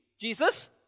Jesus